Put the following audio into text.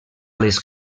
les